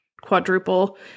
quadruple